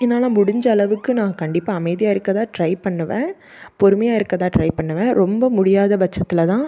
என்னால் முடிஞ்ச அளவுக்கு நான் கண்டிப்பாக அமைதியாக இருக்க தான் ட்ரை பண்ணுவேன் பொறுமையாக இருக்க தான் ட்ரை பண்ணுவேன் ரொம்ப முடியாத பட்சத்தில் தான்